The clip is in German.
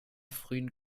frühen